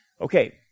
Okay